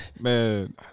Man